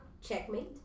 Checkmate